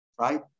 Right